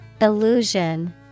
Illusion